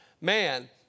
man